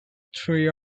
three